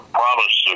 promise